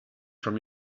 from